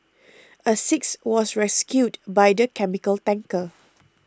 a sixth was rescued by the chemical tanker